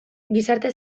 gizarte